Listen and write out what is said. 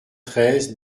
treize